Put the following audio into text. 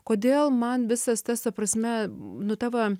kodėl man visas tas ta prasme nu ta va